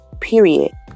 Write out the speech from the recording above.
period